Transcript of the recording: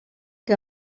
que